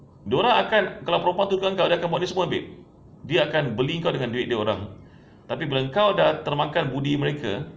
dia orang akan kalau perempuan tu kan kau dia akan buat ni semua babe dia akan beli kau dengan duit dia orang tapi bila kau dah termakan budi mereka